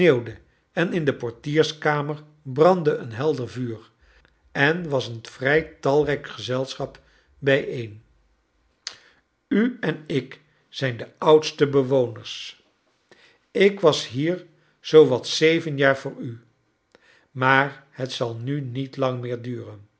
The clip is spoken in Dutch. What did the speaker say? en in de portierskamer brandde een helder vuur en was een vrij talrijk gezelschap bijeen u en ik zijn de oudste bewoners ik was hier zoo wat zeven jaar voor u maar t zal nu niet lang meer duren